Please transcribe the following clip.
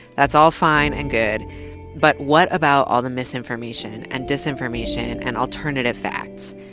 that's all fine and good but what about all the misinformation and disinformation and alternative facts?